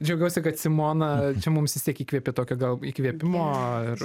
džiaugiuosi kad simona čia mums vis tiek įkvėpė tokio gal įkvėpimo ir